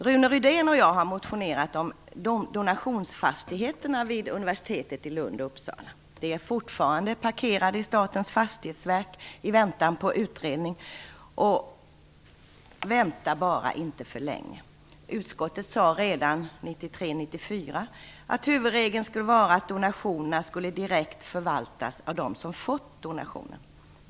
Rune Rydén och jag har motionerat om donationsfastigheterna vid universiteten i Lund och Uppsala. De är fortfarande parkerade i Statens fastighetsverk i väntan på utredning. Vänta bara inte för länge! Utskottet sade redan under riksmötet 1993/94 att huvudregeln skulle vara att donationerna direkt skulle förvaltas av dem som fått donationen.